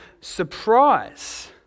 surprise